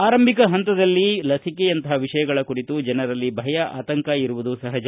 ಆರಂಭಿಕ ಪಂತದಲ್ಲಿ ಲಸಿಕೆಯಂಥ ವಿಷಯಗಳ ಕುರಿತು ಜನರಲ್ಲಿ ಭಯ ಆತಂಕ ಇರುವುದು ಸಹಜ